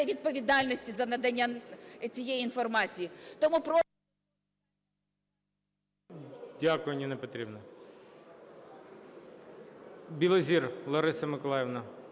відповідальності за надання цієї інформації.